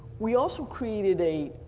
we also created a